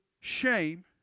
shame